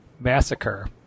massacre